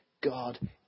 God